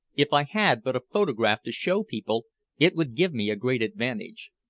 if i had but a photograph to show people it would give me a great advantage,